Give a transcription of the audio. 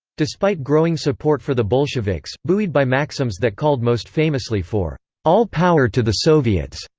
despite growing support for the bolsheviks, buoyed by maxims that called most famously for all power to the soviets,